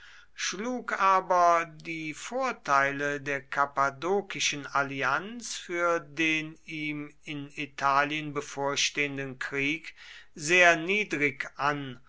schlug aber die vorteile der kappadokischen allianz für den ihm in italien bevorstehenden krieg sehr niedrig an